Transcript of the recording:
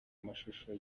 amashusho